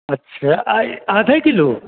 अच्छा आ आधे किलो